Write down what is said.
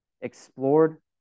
explored